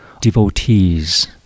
devotees